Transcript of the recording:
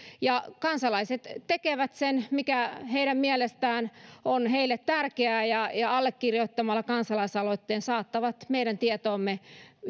kansalaiset tekevät sen mikä heidän mielestään on heille tärkeää ja ja allekirjoittamalla kansalaisaloitteen saattavat meidän tietoomme